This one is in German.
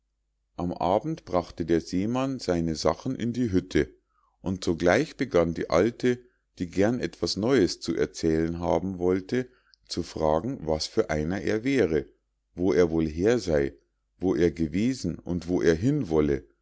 am abend brachte der seemann seine sachen in die hütte und sogleich begann die alte die gern etwas neues zu erzählen haben wollte zu fragen was für einer er wäre wo er wohl her sei wo er gewesen und wo er hin wolle